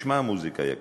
תשמע מוזיקה, יקירי.